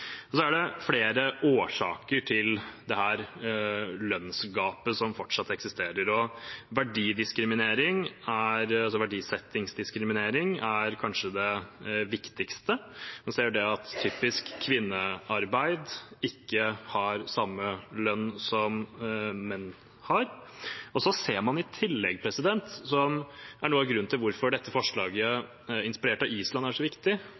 er flere årsaker til dette lønnsgapet som fortsatt eksisterer. Verdisettingsdiskriminering er kanskje det viktigste. Man ser at typisk kvinnearbeid ikke har samme lønn som det menn har. Man ser i tillegg en liten x-faktor, som er noe av grunnen til at dette forslaget, inspirert av Island, er så viktig.